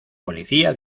policía